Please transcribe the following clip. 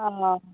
অঁ